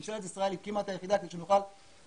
ממשלת ישראל הקימה את היחידה כדי שנוכל ללמוד,